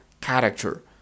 character